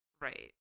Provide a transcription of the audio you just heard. Right